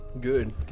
Good